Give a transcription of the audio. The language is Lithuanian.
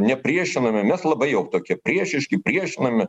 nepriešiname mes labai jau tokie priešiški priešinami